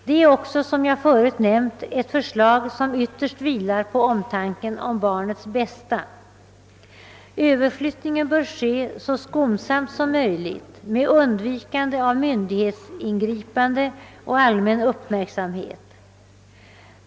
Det är också, som jag förut nämnt, ett förslag som ytterst vilar på omtanken om barnets bästa. Överflyttningen bör ske så skonsamt som möjligt med undvikande av myndighetsingripande och allmän uppmärksamhet.